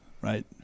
right